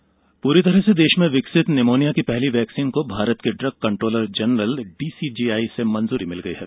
pneumonia vaccine पूरी तरह से देश में विकसित निमोनिया के पहले वैक्सीन को भारत के ड्रग कंट्रोलर जनरल डीसीजीआई से मंजूरी मिल गई है